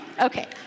Okay